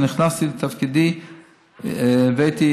כשנכנסתי לתפקידי הבאתי